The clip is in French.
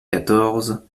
quatorze